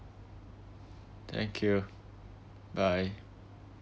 thank you bye